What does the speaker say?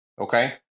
okay